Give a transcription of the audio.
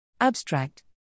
Abstract